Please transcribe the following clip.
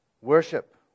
Worship